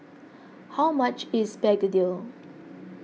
how much is Begedil